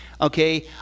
okay